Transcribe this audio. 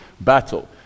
battle